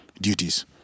duties